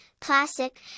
classic